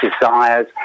desires